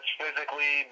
physically